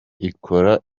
ikora